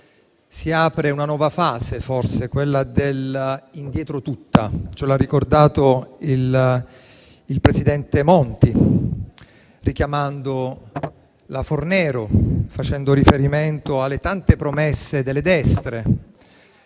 Si apre una nuova fase, forse: quella dell'indietro tutta. Ce l'ha ricordato il presidente Monti, richiamando la legge Fornero e facendo riferimento alle tante promesse delle destre,